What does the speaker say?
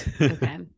okay